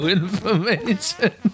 information